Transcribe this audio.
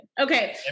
Okay